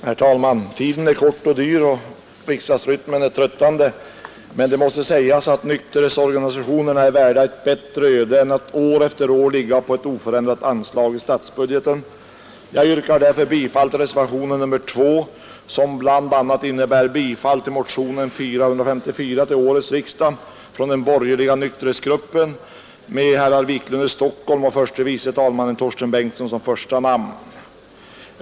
Herr talman! Tiden är kort och dyr, och riksdagsrytmen är tröttande, men det måste ändå sägas att nykterhetsorganisationerna är värda ett bättre öde än att år efter år ligga kvar på ett oförändrat anslag i statsbudgeten. Jag yrkar därför bifall till reservationen 2, som bl.a. innebär bifall till motionen 454 till årets riksdag från den borgerliga nykterhetsgruppen med herrar Wiklund i Stockholm och förste vice talmannen Torsten Bengtson som första namn.